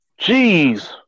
Jeez